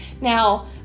Now